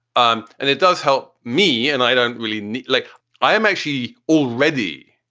um and it does help me. and i don't really like i am actually already.